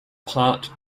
part